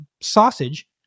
sausage